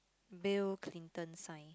Bill-Clinton sign